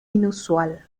inusual